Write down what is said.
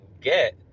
get